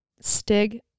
Stig